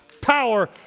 power